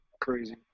crazy